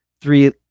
three